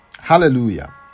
Hallelujah